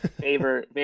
Favor